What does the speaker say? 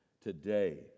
Today